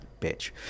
Bitch